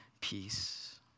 peace